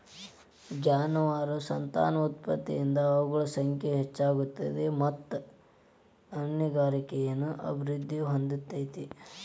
ಜಾನುವಾರಗಳ ಸಂತಾನೋತ್ಪತ್ತಿಯಿಂದ ಅವುಗಳ ಸಂಖ್ಯೆ ಹೆಚ್ಚ ಆಗ್ತೇತಿ ಮತ್ತ್ ಹೈನುಗಾರಿಕೆನು ಅಭಿವೃದ್ಧಿ ಹೊಂದತೇತಿ